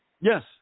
Yes